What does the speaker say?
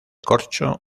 corcho